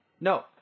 No